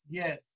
yes